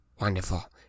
Wonderful